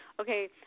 okay